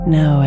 no